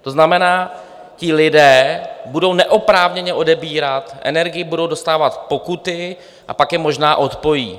To znamená, ti lidé budou neoprávněně odebírat energii, budou dostávat pokuty a pak je možná odpojí.